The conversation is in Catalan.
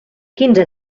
quinze